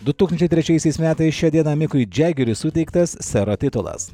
du tūkstančiai trečiaisiais metais šią dieną mikui džiageriui suteiktas sero titulas